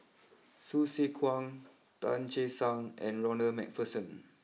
Hsu Tse Kwang Tan Che Sang and Ronald Macpherson